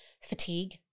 fatigue